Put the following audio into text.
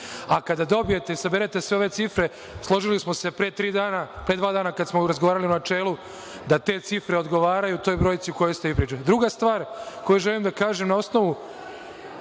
Kada dobijete i saberete sve ove cifre, složili smo se pre dva dana kad smo razgovarali u načelu, da te cifre odgovaraju toj brojci o kojoj ste vi pričali. Druga stvar koju želim da kažem, na osnovu